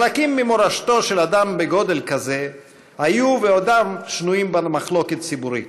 חלקים ממורשתו של אדם בגודל כזה היו ועודם שנויים במחלוקת ציבורית,